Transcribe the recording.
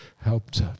helped